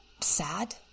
sad